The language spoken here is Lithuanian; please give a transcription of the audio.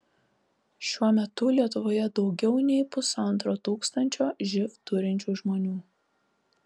šiuo metu lietuvoje daugiau nei pusantro tūkstančio živ turinčių žmonių